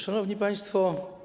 Szanowni Państwo!